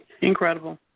Incredible